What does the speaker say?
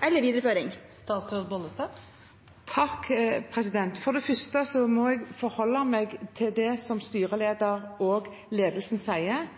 eller videreføring? For det første må jeg forholde meg til det styrelederen og ledelsen sier.